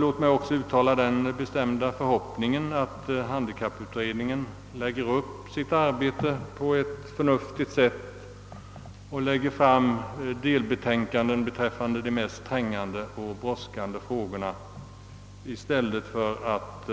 Låt mig uttala den bestämda förhoppningen, att handikapputredningen planerar sitt arbete på ett förnuftigt sätt och lägger fram delbetänkanden beträffande de mest trängande och brådskande frågorna i stället för att